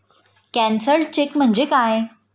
Cancelled cheque म्हणजे काय?